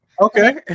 Okay